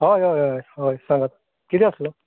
हय हय हय हय सांगात किदें आसलें